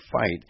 fight